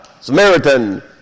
Samaritan